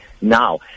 now